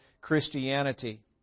Christianity